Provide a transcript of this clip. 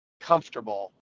comfortable